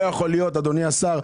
לא יכול להיות, אדוני השר,